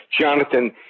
Jonathan